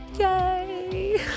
Yay